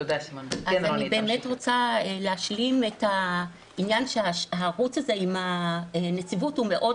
אני רוצה להשלים את העניין שהערוץ הזה עם הנציבות הוא מאוד